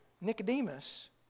Nicodemus